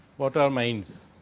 what are minds.